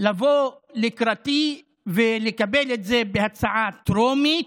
לבוא לקראתי ולקבל את זה בהצעה טרומית,